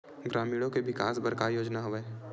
ग्रामीणों के विकास बर का योजना हवय?